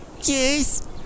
Yes